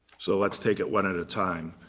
so let's take it one at a time.